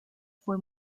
fue